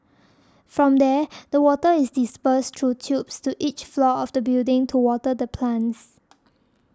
from there the water is dispersed through tubes to each floor of the building to water the plants